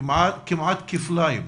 כמעט כפליים.